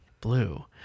blue